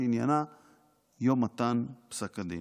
שעניינה יום מתן פסק הדין,